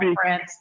friends